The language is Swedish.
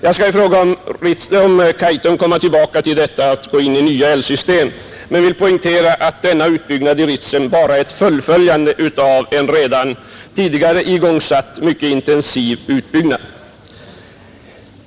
Jag skall i fråga om Kaitum komma tillbaks till spörsmålet om att gå in i nya älvsystem men vill nu bara poängtera att Ritsemutbyggnaden endast är ett fullföljande av en redan tidigare igångsatt mycket intensiv utbyggnad.